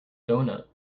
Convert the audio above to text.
doughnut